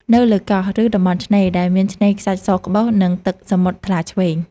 នៅលើកោះ ឬតំបន់ឆ្នេរ ដែលមានឆ្នេរខ្សាច់សក្បុស និងទឹកសមុទ្រថ្លាឈ្វេង។